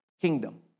kingdom